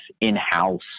in-house